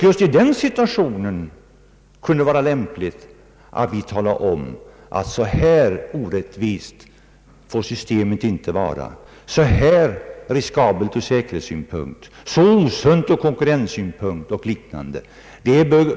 Just i den situationen kunde det vara lämpligt att riksdagen talar om att så här orättvist får systemet inte vara, så riskabelt från säkerhetssynpunkt och så osunt från konkurrenssynpunkt.